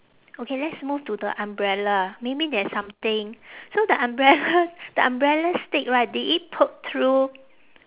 okay let's move to the umbrella maybe there's something so the umbrella the umbrella stick right did it poke through